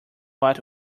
what